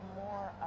more